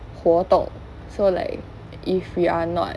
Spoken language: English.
活动 so like if we are not